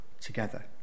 together